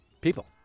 people